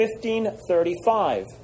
1535